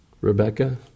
Rebecca